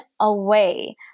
away